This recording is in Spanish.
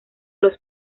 los